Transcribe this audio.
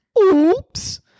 oops